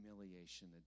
humiliation